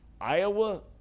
Iowa